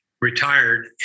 retired